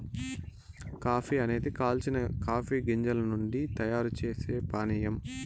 coffee అనేది కాల్చిన coffee గింజల నుండి తయారు చేసే పానీయం